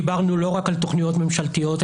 דיברנו לא רק על תכניות ממשלתיות,